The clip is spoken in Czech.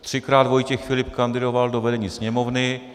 Třikrát Vojtěch Filip kandidoval do vedení Sněmovny.